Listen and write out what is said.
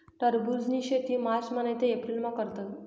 टरबुजनी शेती मार्चमा नैते एप्रिलमा करतस